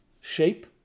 shape